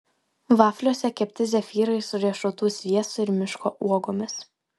vafliuose kepti zefyrai su riešutų sviestu ir miško uogomis